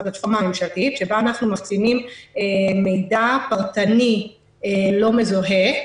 שבה אנחנו מחצינים מידע פרטני לא מזוהה,